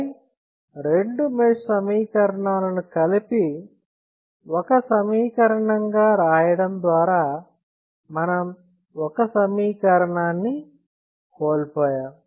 పై రెండు మెష్ సమీకరణాలను కలిపి ఒక సమీకరణంగా రాయడం ద్వారా మనం ఒక సమీకరణాన్ని కోల్పోయాం